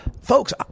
Folks